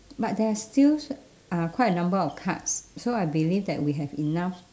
but there are still uh quite a number of cards so I believe that we have enough